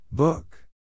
Book